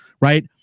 right